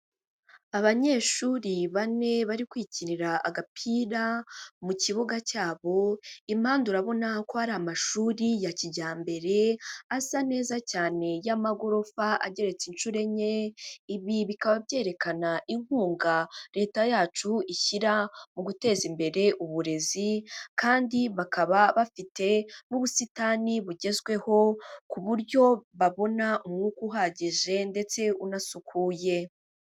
Abanyeshuri bane bari kwikinira agapira, mu kibuga cyabo impande urabona ko hari amashuri ya kijyambere asa neza cyane y'amagorofa ageretse inshuro enye. Ibi bikaba byerekana inkunga leta yacu ishyira mu guteza imbere uburezi, kandi bakaba bafite n'ubusitani bugezweho ku buryo babona umwuka uhagije ndetse unasukuye.